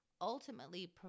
ultimately